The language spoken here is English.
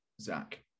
Zach